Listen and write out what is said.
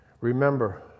Remember